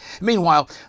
Meanwhile